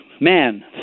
man